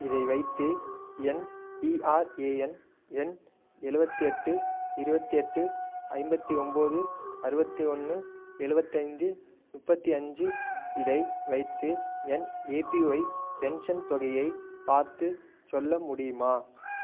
இதை வைத்து என் பிஆர்ஏஎன் எண் எழுவத்தி எட்டு இருபத்தி எட்டு ஐம்பத்தி ஒன்போது அறுப த்தி ஒன்னு எழுவத்தைந்து முப்பத்தி அஞ்சு இதை வைத்து என் ஏபிஒய் பென்ஷன் தொகையை பார்த்துச் சொல்ல முடியுமா